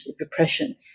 repression